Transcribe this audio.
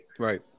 Right